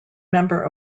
member